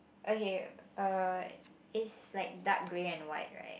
okay uh it's like dark grey and white right